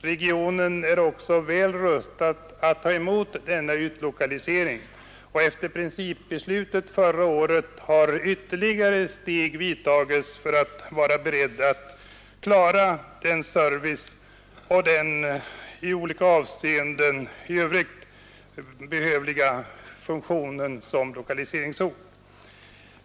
Regionen är också väl rustad att ta emot denna utlokalisering, och efter principbeslutet förra året har ytterligare steg tagits för att man där skall vara beredd att klara den service och det som i olika avseenden i övrigt krävs av en lokaliseringsort.